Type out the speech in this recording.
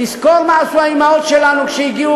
תזכור מה עשו האימהות שלנו כשהגיעו